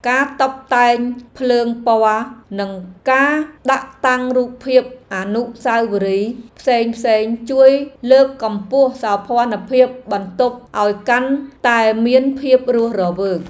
ការតុបតែងភ្លើងពណ៌និងការដាក់តាំងរូបភាពអនុស្សាវរីយ៍ផ្សេងៗជួយលើកកម្ពស់សោភ័ណភាពបន្ទប់ឱ្យកាន់តែមានភាពរស់រវើក។